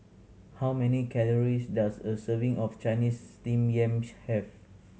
how many calories does a serving of Chinese Steamed Yam have